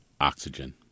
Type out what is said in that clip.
Oxygen